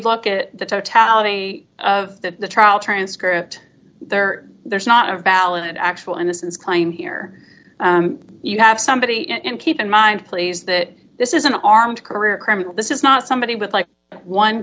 look at the totality of that the trial transcript there there's not a valid actual innocence claim here you have somebody and keep in mind please that this is an armed career criminal this is not somebody with like one